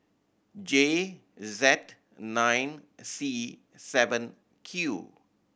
J Z nine C seven Q